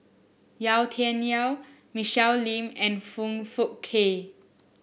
Yau Tian Yau Michelle Lim and Foong Fook Kay